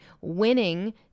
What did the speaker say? Winning